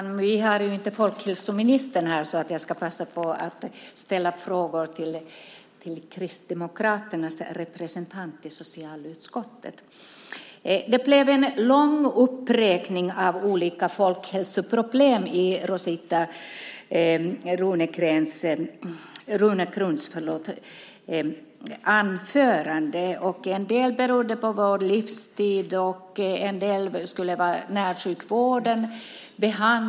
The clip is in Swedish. Fru talman! Vi har inte folkhälsoministern här, så jag passar på att ställa frågor till Kristdemokraternas representant i socialutskottet. Det blev en lång uppräkning av olika folkhälsoproblem i Rosita Runegrunds anförande. En del berodde på vår livsstil, och en del berodde på närsjukvården.